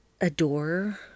adore